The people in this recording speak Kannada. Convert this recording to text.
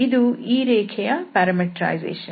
ಇದು ಈ ರೇಖೆಯ ಪರಮೀಟರೈಸೇಶನ್